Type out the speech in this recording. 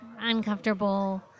uncomfortable